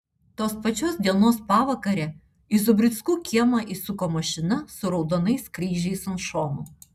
tos pačios dienos pavakare į zubrickų kiemą įsuko mašina su raudonais kryžiais ant šonų